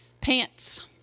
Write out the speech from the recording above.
Pants